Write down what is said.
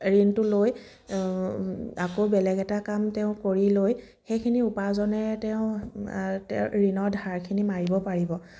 ঋণটো লৈ আকৌ বেলেগ এটা কাম তেওঁ কৰি লৈ সেইখিনি উপাৰ্জনেৰে তেওঁ ঋণৰ ধাৰখিনি মাৰিব পাৰিব